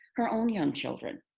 her own young children